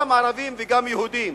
גם ערבים וגם יהודים,